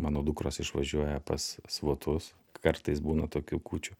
mano dukros išvažiuoja pas svotus kartais būna tokių kūčių